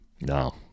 no